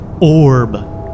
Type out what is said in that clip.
orb